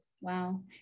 Wow